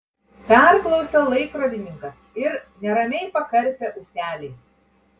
perklausė laikrodininkas ir neramiai pakarpė ūseliais